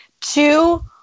Two